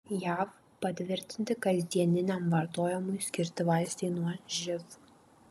jav patvirtinti kasdieniniam vartojimui skirti vaistai nuo živ